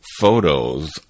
photos